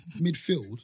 midfield